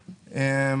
שעברה?